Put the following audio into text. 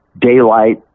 Daylight